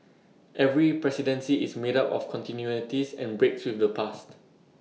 every presidency is made up of continuities and breaks with the past